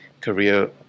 career